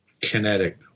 kinetic